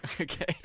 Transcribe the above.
Okay